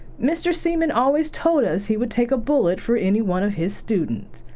mr. seaman always told us he would take a bullet for any one of his students.